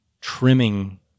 trimming